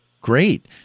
Great